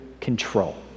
control